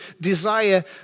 desire